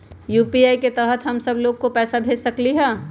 UPI के तहद हम सब लोग को पैसा भेज सकली ह?